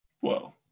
Whoa